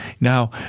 Now